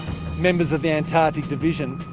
members of the antarctic division,